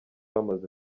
wamaze